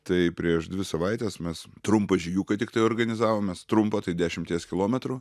tai prieš dvi savaites mes trumpą žygiuką tiktai organizavom mes trumpą dešimties kilometrų